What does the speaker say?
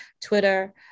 Twitter